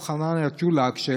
הרב חנניה צ'ולק,